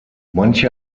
manche